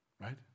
Right